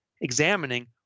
examining